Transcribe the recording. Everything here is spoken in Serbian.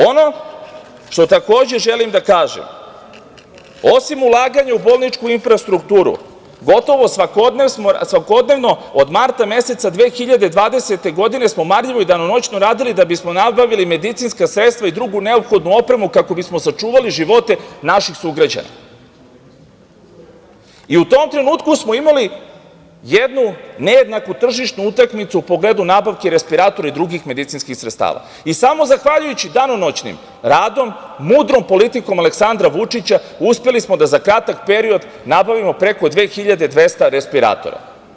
Ono što, takođe, želim da kažem, osim ulaganja u bolničku infrastrukturu, gotovo svakodnevno smo od marta 2020. godine marljivo i danonoćno radili da bismo nabavili medicinska sredstva i drugu neophodnu opremu kako bismo sačuvali živote naših sugrađana i u tom trenutku smo imali jednu nejednaku tržišnu utakmicu u pogledu nabavke respiratora i drugih medicinskih sredstava i samo zahvaljujući danonoćnom radom, mudrom politikom Aleksandra Vučića uspeli smo da za kratak period nabavimo preko 2.200 respiratora.